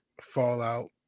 Fallout